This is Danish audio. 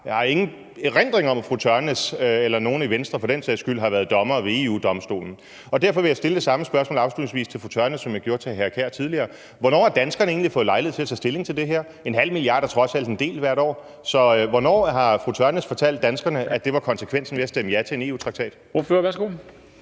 Jeg har ikke nogen erindring om, at fru Ulla Tørnæs eller nogen i Venstre for den sags skyld har været dommere ved EU-Domstolen, og derfor vil jeg stille det samme spørgsmål afslutningsvis til fru Ulla Tørnæs, som jeg stillede hr. Kasper Sand Kjær tidligere: Hvornår har danskerne fået lejlighed til at tage stilling til det her? En halv milliard er trods alt en del hvert år. Så hvornår har fru Ulla Tørnæs fortalt danskerne, at det var konsekvensen ved at stemme ja til en EU-traktat?